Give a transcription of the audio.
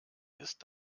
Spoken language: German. ist